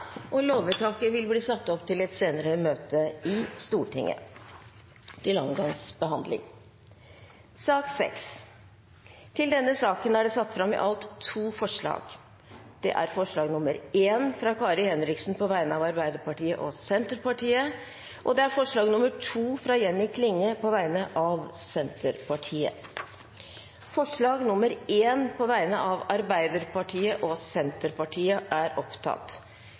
og loven i sin helhet. Lovvedtaket vil bli ført opp til andre gangs behandling i et senere møte i Stortinget. Under debatten er det satt fram i alt to forslag. Det er forslag nr. 1, fra Kari Henriksen på vegne av Arbeiderpartiet og Senterpartiet forslag nr. 2, fra Jenny Klinge på vegne av Senterpartiet Det voteres først over forslag nr. 1, fra Arbeiderpartiet og Senterpartiet.